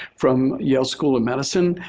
from yale school of medicine.